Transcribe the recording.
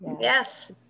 Yes